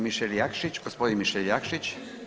Mišel Jakšić, gospodin Mišel Jakić.